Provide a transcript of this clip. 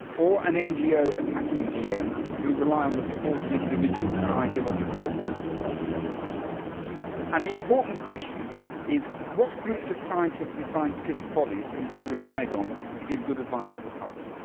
or an ngo attacking gm who rely on the support of individuals ideologically opposed to such technologies. an important question is what groups of scientists and scientific bodies can be relied on to give good advice to the public.